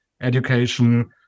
education